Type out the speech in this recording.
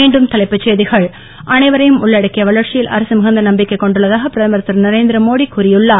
மீண்டும் தலைப்புச் செய்திகள் அனைவரையும் உள்ளடக்கிய வளர்ச்சியில் அரசு மிகுந்த நம்பிக்கை கொண்டுள்ளதாக பிரதமர் திருநரேந்திர மோடி கூறியுள்ளார்